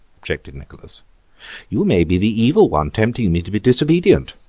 objected nicholas you may be the evil one tempting me to be disobedient.